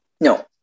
No